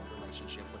relationship